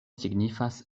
signifas